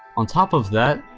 on top of that,